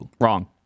Wrong